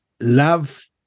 love